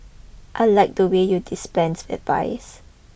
I liked the way you dispense advice